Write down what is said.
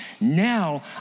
now